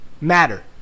Matter